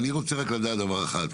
אני רוצה לדעת דבר אחד.